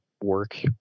work